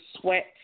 sweat